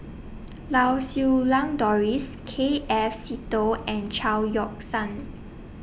Lau Siew Lang Doris K F Seetoh and Chao Yoke San